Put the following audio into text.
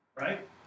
Right